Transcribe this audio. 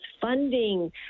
funding